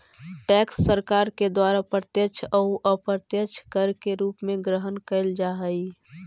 tax सरकार के द्वारा प्रत्यक्ष अउ अप्रत्यक्ष कर के रूप में ग्रहण कैल जा हई